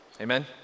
Amen